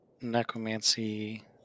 Necromancy